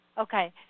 Okay